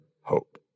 hope